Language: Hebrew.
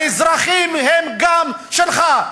האזרחים הם גם שלך.